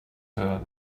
her